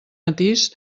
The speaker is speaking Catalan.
matís